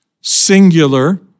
singular